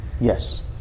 Yes